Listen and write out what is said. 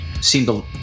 seemed